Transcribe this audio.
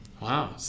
Wow